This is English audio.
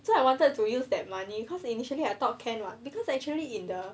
so I wanted to use that money cause initially I thought can [what] because actually in the